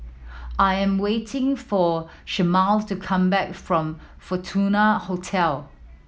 I am waiting for Shemar to come back from Fortuna Hotel